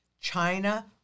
China